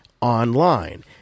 online